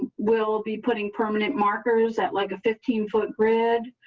will be putting permanent markers at like a fifteen foot grid,